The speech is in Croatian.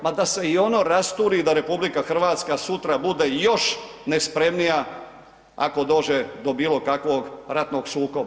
Ma da se i ono rasturi da RH sutra bude još nespremnija ako dođe do bilo kakvog ratnog sukoba.